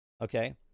Okay